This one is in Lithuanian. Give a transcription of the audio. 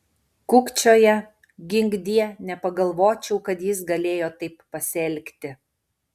kukčioja ginkdie nepagalvočiau kad jis galėjo taip pasielgti